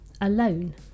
alone